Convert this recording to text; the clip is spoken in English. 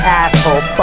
asshole